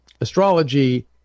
astrology